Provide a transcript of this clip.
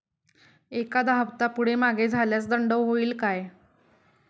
एखादा हफ्ता पुढे मागे झाल्यास दंड होईल काय?